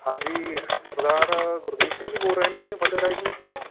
ਹਾਂਜੀ ਸਰਦਾਰ ਗੁਰਦੀਪ ਸਿੰਘ ਜੀ ਬੋਲ ਰਹੇ ਨੇ ਫਤਿਹ ਰਾਈਸ ਮਿੱਲ ਤੋਂ